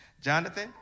Jonathan